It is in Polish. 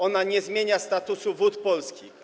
Ona nie zmienia statusu Wód Polskich.